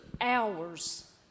hours